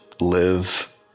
live